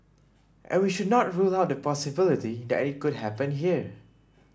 and we should not rule out the possibility that it could happen here